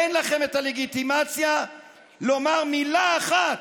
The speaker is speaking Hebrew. אין לכם את הלגיטימציה לומר מילה אחת,